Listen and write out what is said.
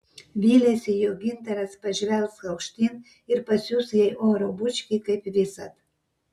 vylėsi jog gintaras pažvelgs aukštyn ir pasiųs jai oro bučkį kaip visad